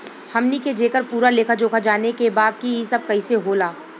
हमनी के जेकर पूरा लेखा जोखा जाने के बा की ई सब कैसे होला?